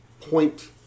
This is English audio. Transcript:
point